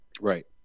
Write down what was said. Right